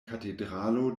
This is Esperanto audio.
katedralo